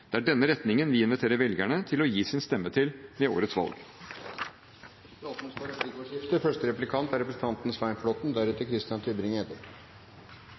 Det er denne retningen vi inviterer velgerne til å gi sin stemme til ved årets valg. Det blir replikkordskifte.